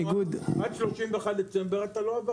עד 31 בדצמבר אתה לא עבריין.